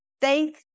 faith